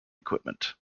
equipment